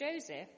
Joseph